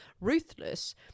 ruthless